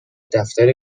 دفتر